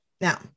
Now